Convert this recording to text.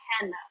Hannah